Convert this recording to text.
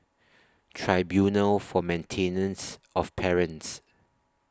Tribunal For Maintenance of Parents